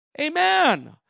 Amen